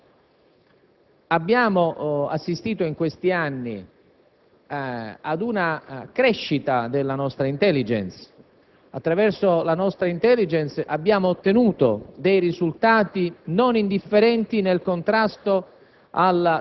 Abbiamo un dovere: noi, come opposizione, lo stiamo esercitando con serenità e pacatezza, attraverso gli interventi dei Capigruppo, nel chiedere al Governo di venirci a rassicurare, quanto meno, su come stanno le cose.